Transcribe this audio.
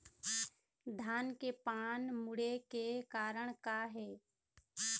धान के पान मुड़े के कारण का हे?